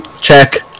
check